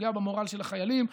פוגע במורל של החיילים.